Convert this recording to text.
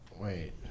Wait